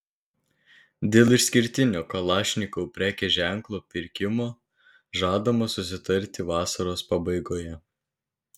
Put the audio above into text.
dėl išskirtinio kalašnikov prekės ženklo pirkimo žadama susitarti vasaros pabaigoje